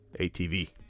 ATV